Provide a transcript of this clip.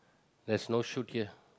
there's no shoot here